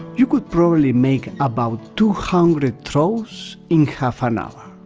you could probably make about two hundred throws in half an hour,